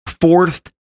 fourth